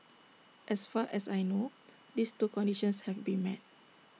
as far as I know these two conditions have been met